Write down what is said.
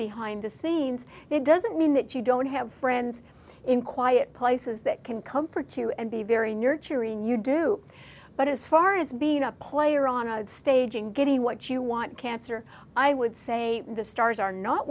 behind the scenes it doesn't mean that you don't have friends in quiet places that can comfort you and be very nurturing you do but as far as being a player on a stage and getting what you want cancer i would say the stars are not